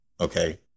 okay